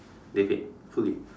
they paid fully